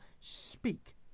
speak